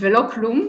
ולא כלום,